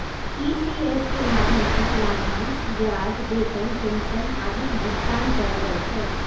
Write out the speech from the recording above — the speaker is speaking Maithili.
ई.सी.एस के माध्यम सं लाभांश, ब्याज, वेतन, पेंशन आदिक भुगतान कैल जाइ छै